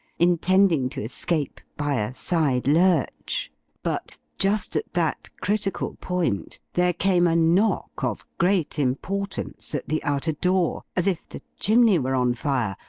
intending to escape by a side lurch but, just at that critical point, there came a knock of great importance at the outer door, as if the chimney were on fire,